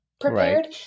prepared